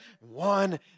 one